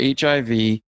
HIV